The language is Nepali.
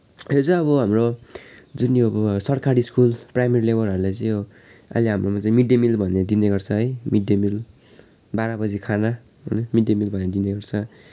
यो चाहिँ अब हाम्रो जुन यो अब सरकारी स्कुल प्राइमरी लेभलहरूलाई चाहिँ यो अहिले हाम्रोमा चाहिँ मिडडे मिल भन्ने दिनेगर्छ है मिडडे मिल बाह्र बजीको खाना मिडडे मिल भनेर दिनेगर्छ